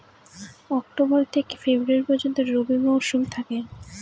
October থেকে February পর্যন্ত রবি মৌসুম থাকে